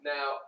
Now